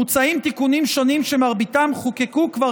מוצעים תיקונים שונים שמרביתם חוקקו כבר